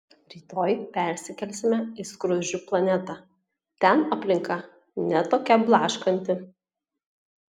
rytoj persikelsime į skruzdžių planetą ten aplinka ne tokia blaškanti